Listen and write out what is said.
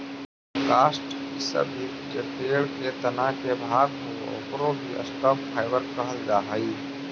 काष्ठ इ सब भी जे पेड़ के तना के भाग होवऽ, ओकरो भी स्टॉक फाइवर कहल जा हई